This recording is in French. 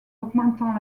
augmentant